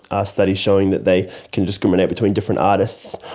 our study shows that they can discriminate between different artists.